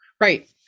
Right